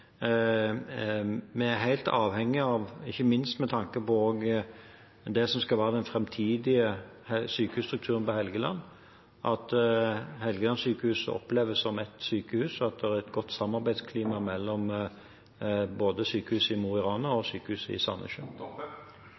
Vi er helt avhengige av, ikke minst med tanke på det som skal være den framtidige sykehusstrukturen på Helgeland, at Helgelandssykehuset oppleves som ett sykehus, og at det er et godt samarbeidsklima mellom sykehuset i Mo i Rana og sykehuset i